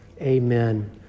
amen